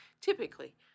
Typically